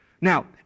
Now